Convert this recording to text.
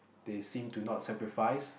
they seem to not sacrifice